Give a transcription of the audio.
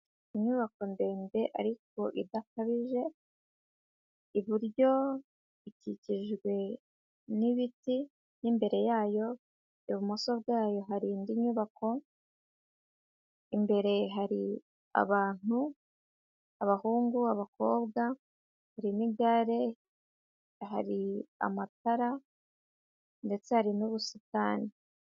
Inyubako ndende ariko idakabije, iburyo ikikijwe n'ibiti, mo imbere yayo ibumoso bwayo hari indi nyubako, imbere hari abantu abahungu, abakobwa hari n'igare, hari amatara ndetse hari n'ubusitani.